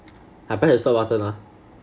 I press the stop button ah